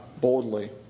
boldly